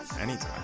anytime